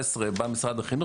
כבר ב-2019 משרד החינוך